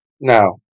Now